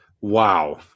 Wow